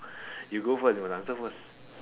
you go first you gotta answer first